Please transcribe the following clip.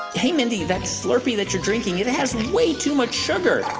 hey, mindy, that slurpee that you're drinking, it has way too much sugar